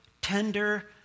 tender